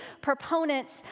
proponents